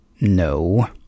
no